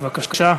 בבקשה.